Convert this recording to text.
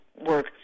work